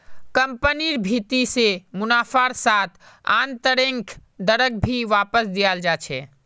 कम्पनिर भीति से मुनाफार साथ आन्तरैक दरक भी वापस दियाल जा छे